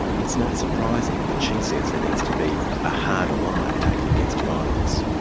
it's not surprising that she says there needs to be a harder line taken against violence.